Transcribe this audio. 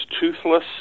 Toothless